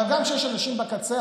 אבל גם כשיש אנשים בקצה,